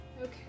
Okay